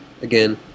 Again